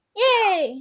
yay